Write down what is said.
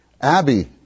Abby